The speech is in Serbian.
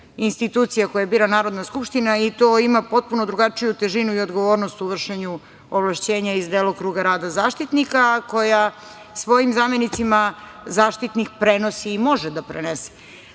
institucija koje bira Narodna skupština i to ima potpuno drugačiju težinu i odgovornost u vršenju ovlašćenja iz delokruga rada Zaštitnika, koja svojim zamenicima Zaštitnik prenosi i može da prenese. Mi